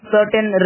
Certain